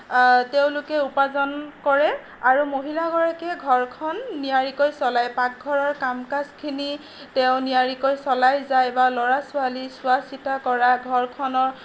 তেওঁলোকে উপাৰ্জন কৰে আৰু মহিলাগৰাকীয়ে ঘৰখন নিয়াৰিকৈ চলায় পাকঘৰৰ কাম কাজখিনি তেওঁ নিয়াৰিকৈ চলাই যায় বা ল'ৰা ছোৱালী চোৱা চিতা কৰাত ঘৰখনৰ